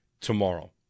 tomorrow